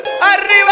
¡Arriba